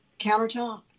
countertop